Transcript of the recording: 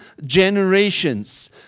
generations